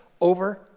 Over